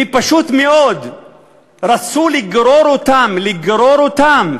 ופשוט מאוד רצו לגרור אותם, לגרור אותם.